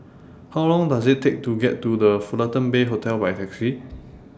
How Long Does IT Take to get to The Fullerton Bay Hotel By Taxi